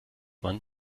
man